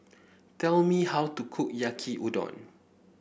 tell me how to cook Yaki Udon